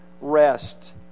rest